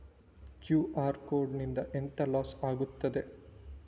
QR code ನಿಂದ ಎಂತ loss ಆಗ್ತದೆ?